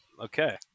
okay